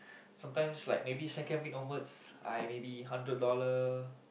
sometimes like maybe second weeks onward I may be hundred dollar